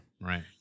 Right